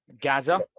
Gaza